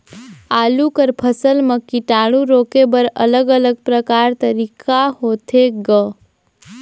आलू कर फसल म कीटाणु रोके बर अलग अलग प्रकार तरीका होथे ग?